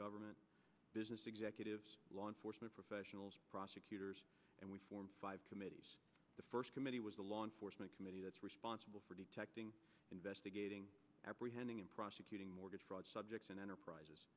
government business executives law enforcement professionals prosecutors and we formed five committees the first committee was a law enforcement committee that's responsible for detecting investigating apprehending and prosecuting mortgage fraud subjects and enterprises